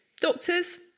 Doctors